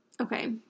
Okay